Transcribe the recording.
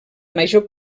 major